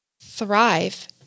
thrive